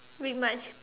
read much